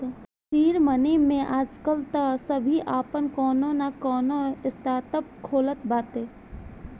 seed money में आजकाल तअ सभे आपन कवनो नअ कवनो स्टार्टअप खोलत बाटे